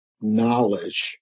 knowledge